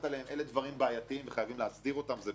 אלה דברים בעייתיים ויש להסדירם, ברור.